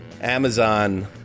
Amazon